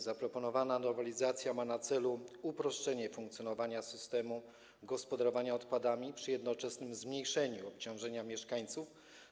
Zaproponowana nowelizacja ma na celu uproszczenie funkcjonowania systemu gospodarowania odpadami przy jednoczesnym zmniejszeniu obciążenia mieszkańców.